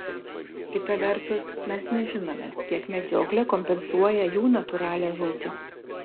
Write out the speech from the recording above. kita vertus mes nežinome kiek medžioklė kompensuoja jų natūralią žūtį